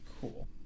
Cool